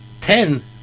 ten